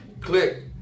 Click